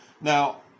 Now